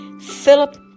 Philip